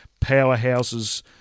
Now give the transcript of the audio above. powerhouses